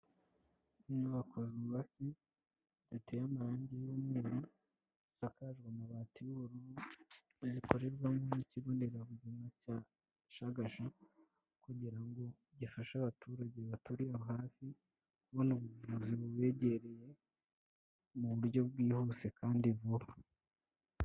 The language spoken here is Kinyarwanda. Inyubako zubatse ziteye amarangi y'umweru zisakajwe amabati y'ubururu zikorerwamo n'ikigo nderabuzima cyashagasha kugira ngo gifashe abaturage baturiye aho hafi kubona ubuvuzi bubegereye mu buryo bwihuse kandi vuba.